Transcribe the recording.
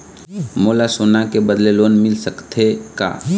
मोला सोना के बदले लोन मिल सकथे का?